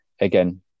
again